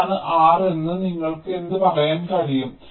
എന്താണ് R⧠ എന്ന് നിങ്ങൾക്ക് എന്ത് പറയാൻ കഴിയും